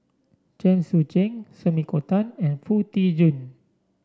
Chen Sucheng Sumiko Tan and Foo Tee Jun